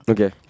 Okay